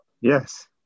Yes